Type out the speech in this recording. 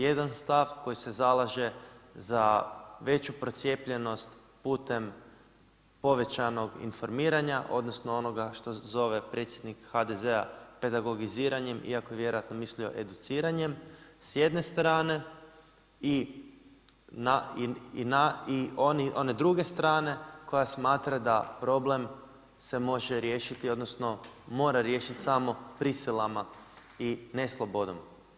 Jedan stav koji se zalaže za veću procijepljenost putem povećanog informiranja odnosno onoga što zove predsjednik HDZ-a pedagogiziranjem iako je vjerojatno mislio educiranjem s jedne strane i one druge strane koja smatra da problem se može riješiti odnosno mora riješiti samo prisilama i neslobodom.